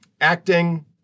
acting